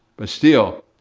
but still,